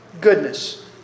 goodness